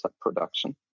production